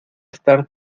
estar